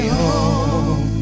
home